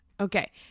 Okay